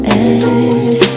end